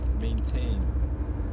maintain